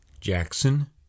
Jackson